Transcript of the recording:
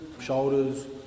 shoulders